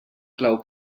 clau